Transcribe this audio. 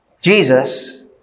Jesus